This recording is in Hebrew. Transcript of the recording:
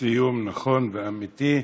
סיום נכון ואמיתי.